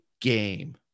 game